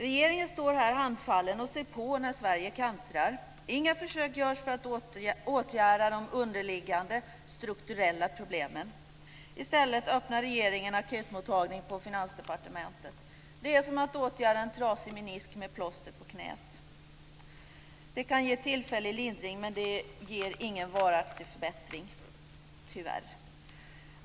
Regeringen står här handfallen och ser på när Sverige kantrar. Inga försök görs för att åtgärda de underliggande strukturella problemen. I stället öppnar regeringen akutmottagning på Finansdepartementet. Det är som att åtgärda en trasig minisk med ett plåster på knät. Det kan ge tillfällig lindring, men det ger tyvärr ingen varaktig förbättring.